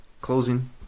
Closing